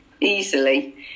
easily